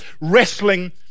wrestling